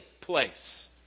place